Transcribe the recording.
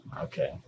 okay